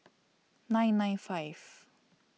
nine nine five